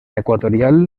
equatorial